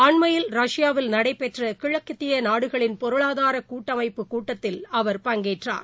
அண்மையில் ரஷ்யாவில் நடைபெற்ற கிழக்கத்திய நாடுகளின் பொருளாதார கூட்டமைப்பு கூட்டத்தில் அவர் பங்கேற்றார்